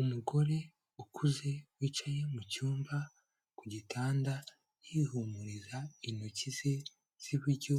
Umugore ukuze, wicaye mu cyumba ku gitanda, yihumuriza intoki ze z'iburyo,